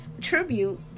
tribute